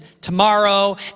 tomorrow